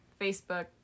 Facebook